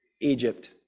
Egypt